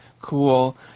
cool